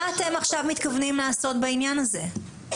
מה אתם עכשיו מתכוונים לעשות בעניין הזה?